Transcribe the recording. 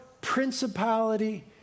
principality